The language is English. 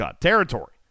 territory